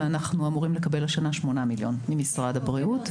ואנחנו אמורים לקבל השנה 8 מיליון ממשרד הבריאות.